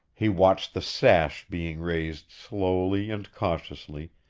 he watched the sash being raised slowly and cautiously,